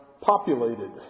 populated